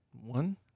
One